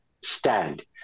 stand